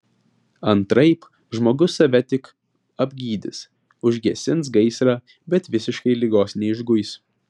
antraip žmogus save tik apgydys užgesins gaisrą bet visiškai ligos neišguis